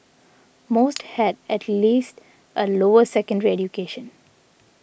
most had at least a lower secondary education